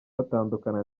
batandukana